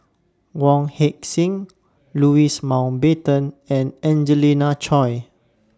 Wong Heck Sing Louis Mountbatten and Angelina Choy